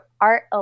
art